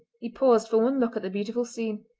he paused for one look at the beautiful scene.